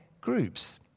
groups